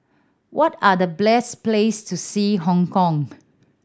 what are the bless place to see Hong Kong